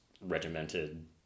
regimented